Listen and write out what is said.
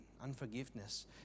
Unforgiveness